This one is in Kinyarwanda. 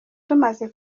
tumaze